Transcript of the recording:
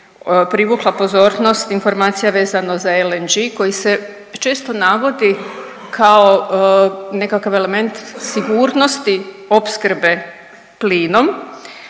privukla pozornost informacija vezano za LNG koji se često navodi kao nekakav element sigurnosti opskrbe plinom,